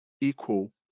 Equal